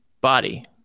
body